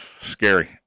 Scary